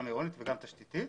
גם עירונית וגם תשתיתית.